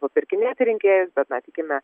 papirkinėti rinkėjus bet na tikime